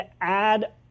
add